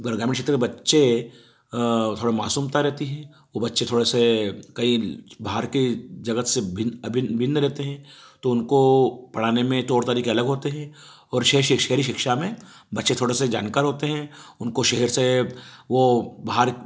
ग्रामीण क्षेत्र के बच्चे थोड़ा मासूमता रहती है वो बच्चे थोड़े से कई भार के जगत से भिन्न अभिन्न भिन्न रहते हैं तो उनको पढ़ाने में तौर तरीके अलग होते हैं और शहरी शिक्षा में बच्चे थोड़े से जानकार होते हैं उनको शहर से वो भार